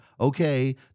Okay